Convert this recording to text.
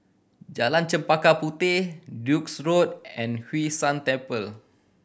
Jalan Chempaka Puteh Duke's Road and Hwee San Temple